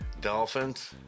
Dolphins